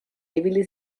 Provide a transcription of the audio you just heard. ibili